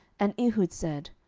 and ehud said,